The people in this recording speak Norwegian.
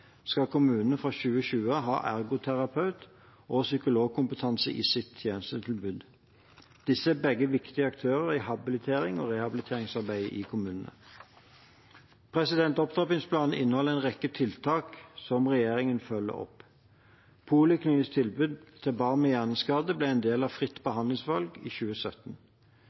skal kommunene fra 2020 ha ergoterapeut- og psykologkompetanse i sitt tjenestetilbud. Disse er begge viktige aktører i habiliterings- og rehabiliteringsarbeidet i kommunene. Opptrappingsplanen inneholder en rekke tiltak som regjeringen følger opp. Poliklinisk tilbud til barn med hjerneskade ble en del av fritt behandlingsvalg i 2017.